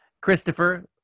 Christopher